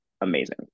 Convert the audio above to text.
amazing